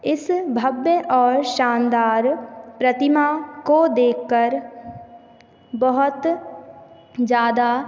इस भव्य और शानदार प्रतिमा को देखकर बहुत ज़्यादा